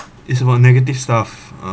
it's for negative stuff uh